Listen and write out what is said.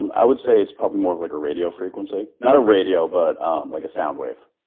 i would say it's probably more of like a radio frequency. not a radio, but um like a sound wave.